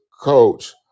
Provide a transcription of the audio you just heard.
coach